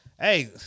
Hey